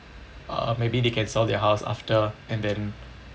uh maybe they can sell their house after and then